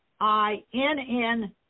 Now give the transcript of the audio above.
I-N-N